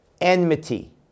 enmity